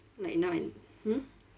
like now and hmm